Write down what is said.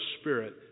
Spirit